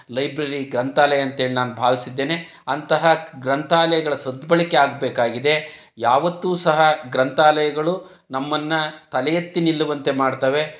library ಗ್ರಂಥಾಲಯ ಅಂತೇಳಿ ನಾನು ಭಾವಿಸಿದ್ದೇನೆ ಅಂತಹ ಗ್ರಂಥಾಲಯಗಳ ಸದ್ಬಳಕೆ ಆಗಬೇಕಾಗಿದೆ ಯಾವತ್ತೂ ಸಹ ಗ್ರಂಥಾಲಯಗಳು ನಮ್ಮನ್ನು ತಲೆ ಎತ್ತಿ ನಿಲ್ಲುವಂತೆ ಮಾಡ್ತವೆ